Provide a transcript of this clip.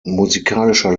musikalischer